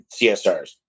CSRs